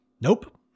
Nope